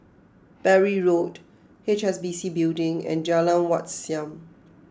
Bury Road H S B C Building and Jalan Wat Siam